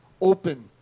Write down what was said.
open